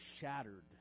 shattered